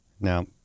now